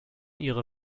ihre